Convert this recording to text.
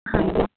ਹਾਂਜੀ